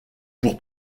pour